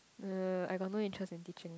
uh I got no interest in teaching